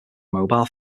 mobile